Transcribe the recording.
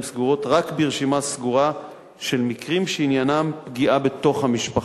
סגורות רק ברשימה סגורה של מקרים שעניינם פגיעה בתוך המשפחה,